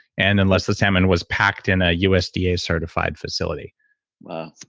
and unless the salmon was packed in a usda-certified facility wow.